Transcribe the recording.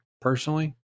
Personally